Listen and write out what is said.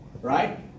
right